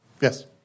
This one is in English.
Yes